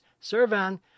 Servan